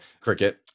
cricket